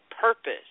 purpose